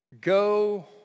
Go